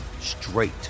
straight